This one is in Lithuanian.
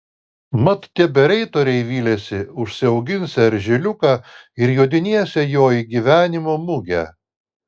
mat tie bereitoriai vylėsi užsiauginsią eržiliuką ir jodinėsią juo į gyvenimo mugę